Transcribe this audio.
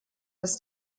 dass